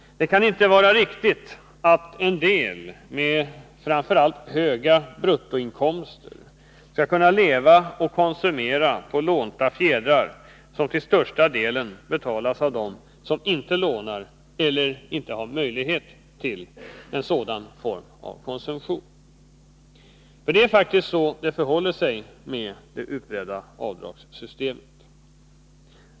Det kan inte vara riktigt att en del, med framför allt höga bruttoinkomster, skall kunna leva och konsumera på lånta fjädrar, som till största delen betalas av dem som inte lånar eller inte har möjlighet till en sådan form av konsumtion. För det är faktiskt så det förhåller sig med det utbredda avdragssystemet.